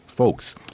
Folks